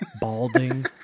balding